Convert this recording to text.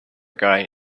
guy